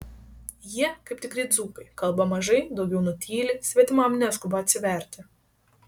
jie kaip tikri dzūkai kalba mažai daugiau nutyli svetimam neskuba atsiverti